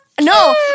No